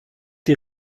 die